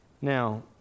Now